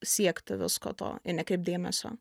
siekti visko to ir nekreipt dėmesio